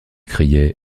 criait